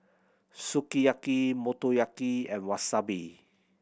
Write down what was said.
Sukiyaki Motoyaki and Wasabi